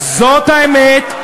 זאת האמת,